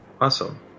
Awesome